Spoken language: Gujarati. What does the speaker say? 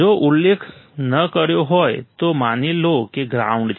જો ઉલ્લેખ ન કર્યો હોય તો માની લો કે ગ્રાઉન્ડ છે